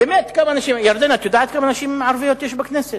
באמת, ירדנה, את יודעת כמה נשים ערביות יש בכנסת?